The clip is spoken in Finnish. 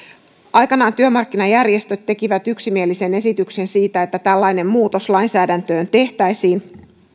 aikanaan työmarkkinajärjestöt tekivät yksimielisen esityksen siitä että tällainen muutos lainsäädäntöön tehtäisiin